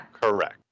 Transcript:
Correct